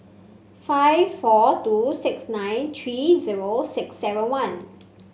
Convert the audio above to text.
five four two six nine three zero six seven one